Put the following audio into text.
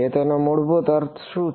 તો તેનો મૂળભૂત અર્થ શું છે